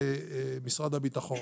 למשרד הביטחון.